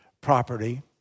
Property